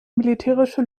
militärische